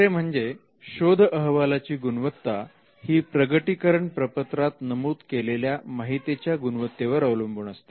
दुसरे म्हणजे शोध अहवालाची गुणवत्ता ही प्रकटीकरण प्रपत्रात नमूद केलेल्या माहितीच्या गुणवत्तेवर अवलंबून असते